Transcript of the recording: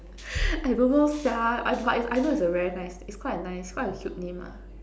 I don't know sia I but I know is a very nice is quite a nice quite a cute name ah